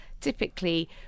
typically